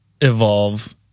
evolve